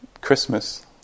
Christmas